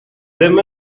ddim